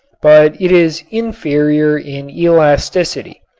but it is inferior in elasticity.